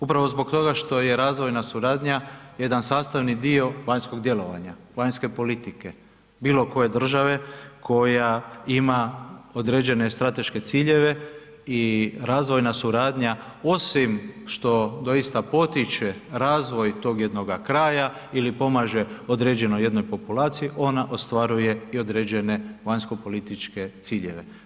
Upravo zbog toga što je razvojna suradnja jedan sastavni dio vanjskog djelovanja, vanjske politike bilokoje države koja ima određene strateške ciljeve i razvoja suradnja osim što doista potiče razvoj tog jednoga kraja ili pomaže određenoj jednoj populaciji, ona ostvaruje i određene vanjsko-političke ciljeve.